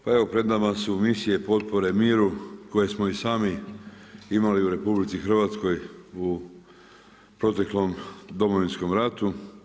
Pa evo pred nama su misije potpore miru koje smo i sami imali u RH u proteklom domovinskom ratu.